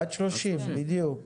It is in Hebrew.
עד 30, בדיוק.